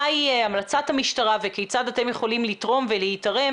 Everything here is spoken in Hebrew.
מה היא המלצת המשטרה וכיצד אתם יכולים לתרום ולהיתרם